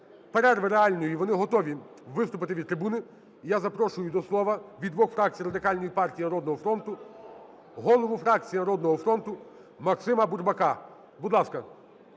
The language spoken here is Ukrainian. перерви реальної вони готові виступити від трибуни. Я запрошую до слова від двох фракції, Радикальної партії і "Народного фронту", голову фракції "Народного фронту" Максима Бурбака. Будь ласка.